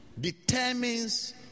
determines